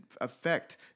affect